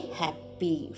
happy